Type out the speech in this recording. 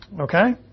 Okay